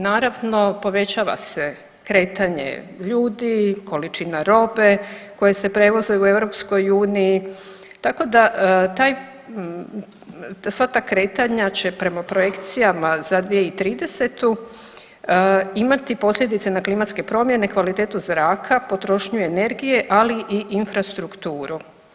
Naravno, povećava se kretanje ljudi, količina robe koje se prevoze u EU, tako da taj, sva ta kretanja će prema projekcijama za 2030. imati posljedice na klimatske promjene, kvalitetu zraka, potrošnju energije, ali i infrastrukturu.